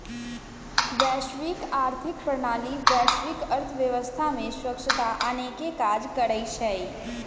वैश्विक आर्थिक प्रणाली वैश्विक अर्थव्यवस्था में स्वछता आनेके काज करइ छइ